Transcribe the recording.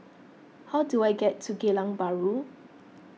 how do I get to Geylang Bahru